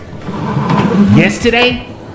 Yesterday